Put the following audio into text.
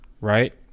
right